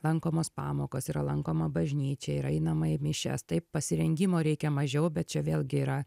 lankomos pamokos yra lankoma bažnyčia yra einama į mišias taip pasirengimo reikia mažiau bet čia vėlgi yra